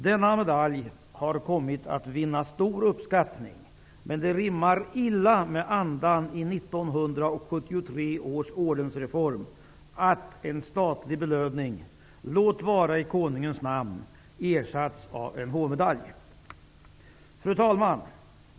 Denna medalj har kommit att vinna stor uppskattning, men det rimmar illa med andan i 1973 års ordensreform att en statlig belöning -- låt vara i Konungens namn -- ersatts av en hovmedalj. Fru talman!